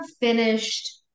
finished